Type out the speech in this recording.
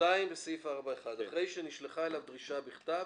"(2)בסעיף 4(1) (א)אחרי "שנשלחה אליו דרישה בכתב"